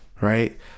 right